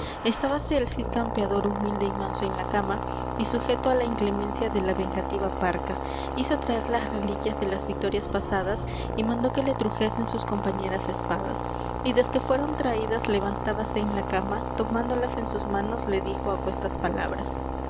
estábase el cid campeador humilde y manso en la cama y sujeto á la inclemencia de la vengativa parca hizo traer las reliquias de las victorias pasadas y mandó que le trujesen sus compañeras espadas y desque fueron traídas levantábase en la cama tomándolas en sus manos les dijo aquestas palabras